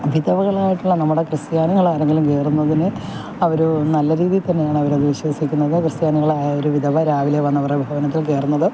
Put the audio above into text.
വിധവകളായിട്ടുള്ള നമ്മുടെ ക്രിസ്ത്യാനികൾ ആരെങ്കിലും കയറുന്നതിന് അവർ നല്ല രീതി തന്നെയാണ് അവർ അത് വിശ്വസിക്കുന്നത് ക്രിസ്ത്യാനികളായ ഒരു വിധവ രാവിലെ വന്ന് അവരുടെ ഭവനത്തിൽ കയറുന്നത്